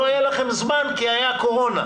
לא היה לכם זמן כי היה קורונה.